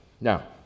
Now